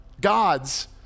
God's